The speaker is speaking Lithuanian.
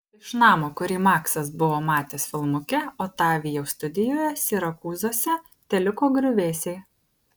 iš namo kurį maksas buvo matęs filmuke otavijaus studijoje sirakūzuose teliko griuvėsiai